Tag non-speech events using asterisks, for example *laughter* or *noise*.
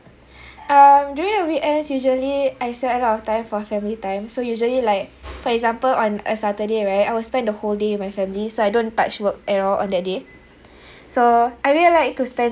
um during the weekends usually I set a lot of time for family time so usually like for example on a saturday right I will spend the whole day with my family so I don't touch work at all on that day *breath* so I really like to spend